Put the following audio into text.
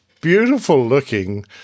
beautiful-looking